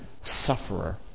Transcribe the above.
sufferer